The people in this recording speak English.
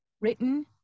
written